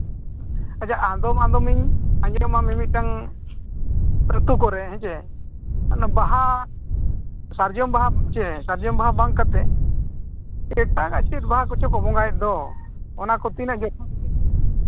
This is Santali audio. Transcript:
ᱟᱪᱪᱷᱟ ᱟᱫᱚᱢ ᱟᱫᱚᱢᱤᱧ ᱟᱸᱡᱚᱢᱟ ᱢᱤᱼᱢᱤᱫᱴᱟᱝ ᱟᱹᱛᱩ ᱠᱚᱨᱮ ᱦᱮᱸ ᱪᱮ ᱚᱱᱟ ᱵᱟᱦᱟ ᱥᱟᱨᱡᱚᱢ ᱵᱟᱦᱟ ᱪᱮ ᱥᱟᱨᱡᱚᱢ ᱵᱟᱦᱟ ᱵᱟᱝ ᱠᱟᱛᱮᱫ ᱮᱴᱟᱜᱟᱜ ᱪᱮᱫ ᱵᱟᱦᱟ ᱠᱚᱪᱚ ᱠᱚ ᱵᱚᱸᱜᱟᱭᱮᱫ ᱫᱚ ᱚᱱᱟ ᱠᱚ ᱛᱤᱱᱟᱹᱜ ᱡᱚᱛᱷᱟᱛᱼᱟ